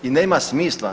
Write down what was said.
I nema smisla.